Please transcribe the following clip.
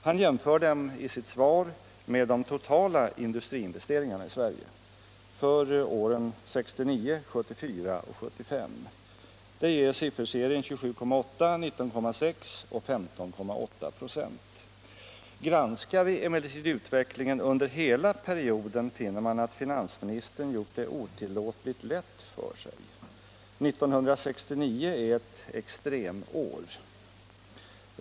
Han jämför dem i sitt svar med de totala industriinvesteringarna i Sverige för åren 1969, 1974 och 1975. Det ger sifferserien 27,8, 19,6 och 15,8 96. Granskar vi emellertid utvecklingen under hela perioden finner vi att finansministern gjort det otillåtligt lätt för sig. 1969 är ett extremår.